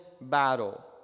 battle